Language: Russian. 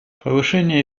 повышение